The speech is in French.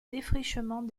défrichement